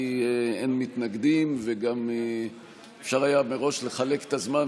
כי אין מתנגדים וגם אפשר היה מראש לחלק את הזמן,